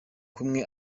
kumwe